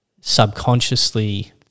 subconsciously